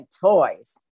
toys